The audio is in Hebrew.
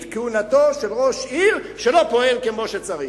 כהונתו של ראש עיר שלא פועל כמו שצריך,